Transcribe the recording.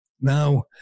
now